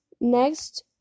Next